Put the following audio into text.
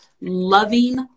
loving